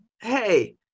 hey